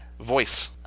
Voice